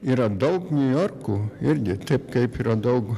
yra daug niujorkų irgi taip kaip yra daug